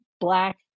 black